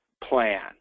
plan